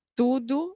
tudo